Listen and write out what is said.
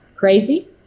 crazy